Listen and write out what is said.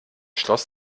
schloss